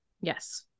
Yes